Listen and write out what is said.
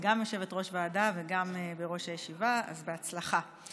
את גם יושבת-ראש ועדה וגם בראש הישיבה, אז בהצלחה.